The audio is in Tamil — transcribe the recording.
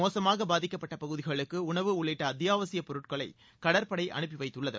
மோசமாக பாதிக்கப்பட்ட பகுதிகளுக்கு உணவு உள்ளிட்ட அத்தியாவசியப் பொருட்களை கடற்படை அனுப்பி வைத்துள்ளது